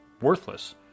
worthless